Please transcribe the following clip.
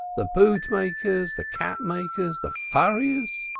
the bootmakers, the capmakers, the furriers!